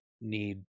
need